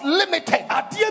limited